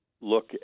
look